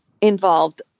involved